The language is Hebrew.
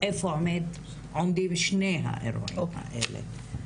איפה עומדים שני האירועים האלה.